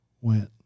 went